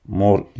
more